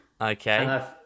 Okay